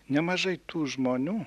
nemažai tų žmonių